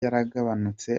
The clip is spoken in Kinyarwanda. yaragabanutse